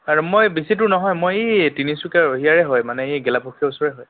আৰু মই বেছি দূৰ নহয় মই এই তিনিচুকীয়া ৰহিয়াৰে হয় মানে এই গেলাপুখুৰীৰ ওচৰৰে হয়